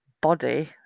body